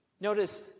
Notice